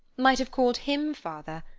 might have called him father,